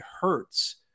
hurts